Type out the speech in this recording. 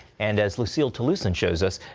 and as lucille talusan shows us,